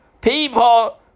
People